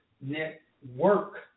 Network